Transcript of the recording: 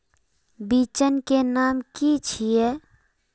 बिचन के नाम की छिये?